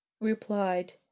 replied